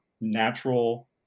natural